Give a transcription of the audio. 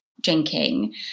drinking